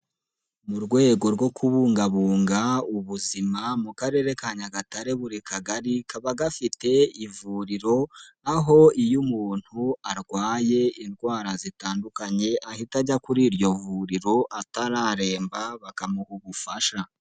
Mu rwego rwo kubungabunga ubuzima, mu karere ka Nyagatare buri kagari kaba gafite ivuriro, aho iyo umuntu arwaye indwara zitandukanye ahita ajya kuri iryo vuriro atararemba bakamuha ubufasha.